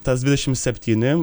tas dvidešim septyni